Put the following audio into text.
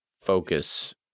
focus